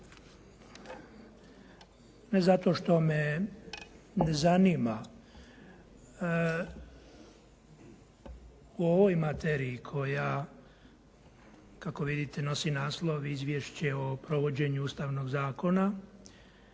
ne zato što me ne zanima u ovoj materiji koja kako vidite nosi naslov Izvješće o provođenju Ustavnog zakona